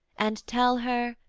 and tell her,